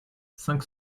cinq